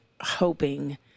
hoping